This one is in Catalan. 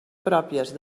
pròpies